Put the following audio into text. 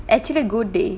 actually good dey